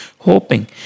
hoping